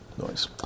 noise